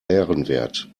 ehrenwert